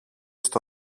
στο